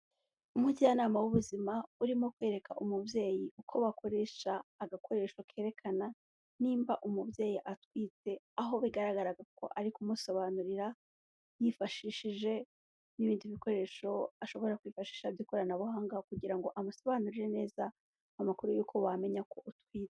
Umujyanama w'ubuzima urimo kwereka umubyeyi uko bakoresha agakoresho kerekana nimba umubyeyi atwite, aho bigaragaraga ko ari kumusobanurira yifashishije n'ibindi bikoresho ashobora kwifashisha by'ikoranabuhanga kugira ngo amusobanurire neza amakuru y'uko wamenya ko utwite.